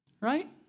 Right